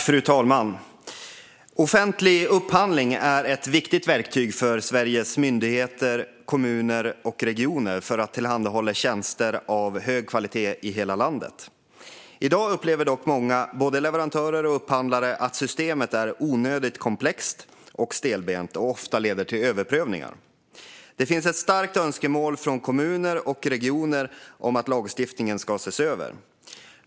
Fru talman! Offentlig upphandling är ett viktigt verktyg för Sveriges myndigheter, kommuner och regioner för att tillhandahålla tjänster av hög kvalitet i hela landet. I dag upplever dock många, både leverantörer och upphandlare, att systemet är onödigt komplext och stelbent och ofta leder till överprövningar. Det finns ett starkt önskemål från kommuner och regioner om att lagstiftningen ska ses över.